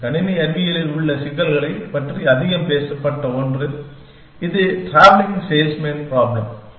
கணினி அறிவியலில் உள்ள சிக்கல்களைப் பற்றி அதிகம் பேசப்பட்ட ஒன்று இது travelling salesman problem Traveling Salesman Problem